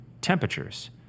Temperatures